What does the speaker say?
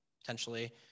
potentially